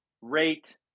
rate